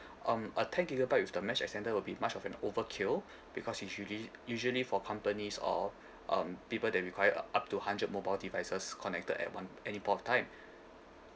um a ten gigabyte with the mesh extender will be much of an overkill because usually usually for companies or um people that require up to hundred mobile devices connected at one any point of time